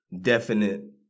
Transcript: definite